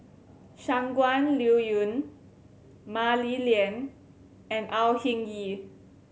Shangguan Liuyun Mah Li Lian and Au Hing Yee